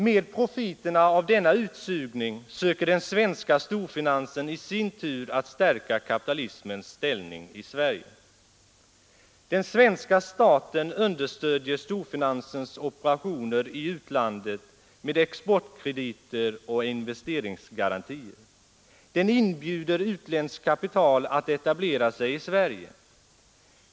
Med profiterna av denna utsugning söker den svenska storfinansen i sin tur stärka kapitalismens ställning i Sverige. Den svenska staten understöder storfinansens operationer i utlandet med exportkrediter och investeringsgarantier. Den inbjuder utländskt kapital att etablera sig i Sverige.